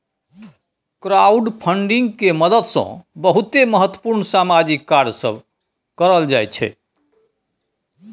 crowdfunding के मदद से बहुते महत्वपूर्ण सामाजिक कार्य सब करल जाइ छइ